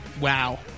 wow